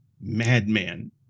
madman